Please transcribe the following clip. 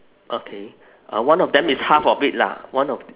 okay uh one of them is half of it lah one of